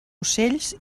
ocells